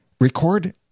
record